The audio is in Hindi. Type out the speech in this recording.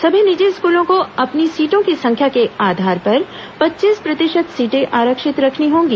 सभी निजी स्कूलों को अपनी सीटों की संख्या के आधार पर पच्चीस प्रतिशत सीटें आरक्षित रखनी होगी